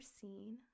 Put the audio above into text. seen